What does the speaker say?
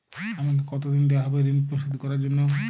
আমাকে কতদিন দেওয়া হবে ৠণ পরিশোধ করার জন্য?